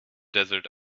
desert